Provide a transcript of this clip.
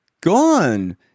gone